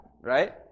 right